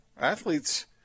athletes